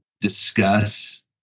discuss